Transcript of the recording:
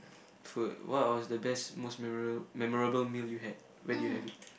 food what was the best most memorial memorable meal you had where did you have it